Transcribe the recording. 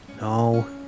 No